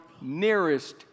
nearest